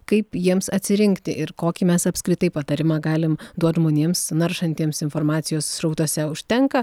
kaip jiems atsirinkti ir kokį mes apskritai patarimą galim duot žmonėms naršantiems informacijos srautuose užtenka